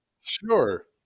Sure